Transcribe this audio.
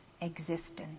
existence